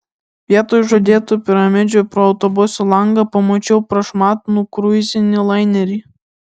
vietoj žadėtų piramidžių pro autobuso langą pamačiau prašmatnų kruizinį lainerį